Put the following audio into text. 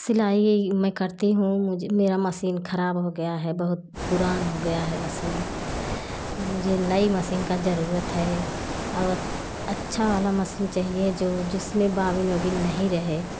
सिलाई मैं करती हूँ मुज मेरा मसीन खराब हो गया है बहुत पुराना हो गया है मसीन मुझे नई मसीन का जरूरत है औ अच्छा वाला मसीन चाहिए जो जिसमें बाबिन वाबिन नहीं रहे